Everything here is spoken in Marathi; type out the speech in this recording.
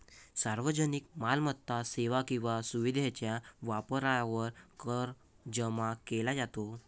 सार्वजनिक मालमत्ता, सेवा किंवा सुविधेच्या वापरावर कर जमा केला जातो